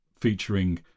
featuring